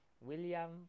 William